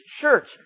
church